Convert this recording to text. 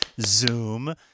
Zoom